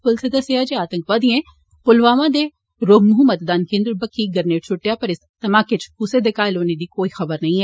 पुलसै दस्सेआ ऐ जे आतंकवादिएं पुवामा दे रोहमूह मतदान केंद्र बक्खी ग्रेनेड सुट्टेआ पर इस धमाके इच कुसै दे घायल होने दी कोई खबर नेंई ऐ